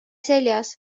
seljas